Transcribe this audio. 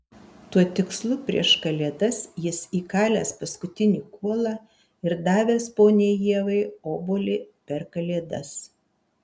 tuo tikslu prieš kalėdas jis įkalęs paskutinį kuolą ir davęs poniai ievai obuolį per kalėdas